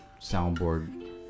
soundboard